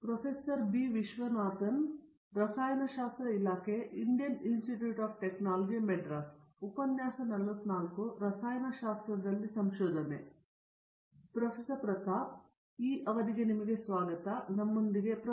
professor Pratap Haridos hello ನಮ್ಮೊಂದಿಗೆ pro